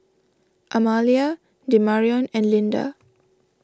Amalia Demarion and Lynda